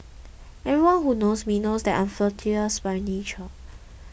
everyone who knows me knows that I flirtatious by nature